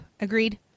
Agreed